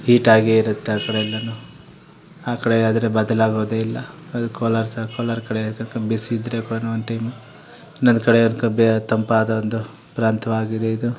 heat ಆಗೇ ಇರುತ್ತೆ ಆ ಕಡೆ ಎಲ್ಲವೂ ಆ ಕಡೆ ಆದರೆ ಬದಲಾಗೋದೇ ಇಲ್ಲ ಅದು ಕೋಲಾರ ಸಹ ಕೋಲಾರ ಕಡೆ ಬಿಸಿ ಇದ್ರೆ ಕೂಡ ಒನ್ ಟೈಮ್ ಇನ್ನೊಂದು ಕಡೆ ತಬ್ಯಾ ತಂಪಾದ ಒಂದು ಪ್ರಾಂತ್ಯವಾಗಿದೆ ಇದು